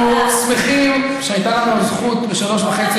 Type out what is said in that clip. אנחנו שמחים שהייתה לנו הזכות בשלוש וחצי